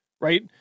Right